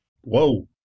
Whoa